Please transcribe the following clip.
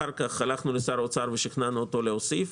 אחר כך הלכנו לשר האוצר ושכנענו אותו להוסיף,